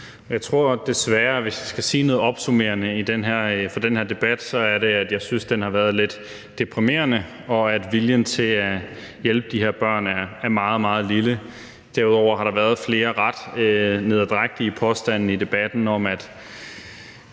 Jeg tror desværre, at hvis jeg skal sige noget opsummerende for den her debat, er det, at jeg synes, den har været lidt deprimerende, og at viljen til at hjælpe de her børn er meget, meget lille. Derudover har der været flere ret nederdrægtige påstande i debatten om, at